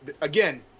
again